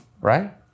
Right